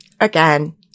again